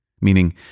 meaning